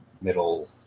middle